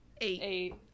Eight